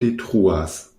detruas